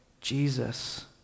Jesus